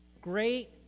Great